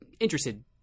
interested